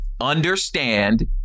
understand